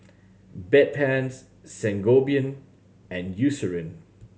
Bedpans Sangobion and Eucerin